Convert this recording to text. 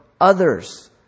others